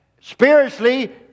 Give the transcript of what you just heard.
Spiritually